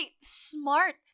Smart